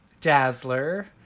Dazzler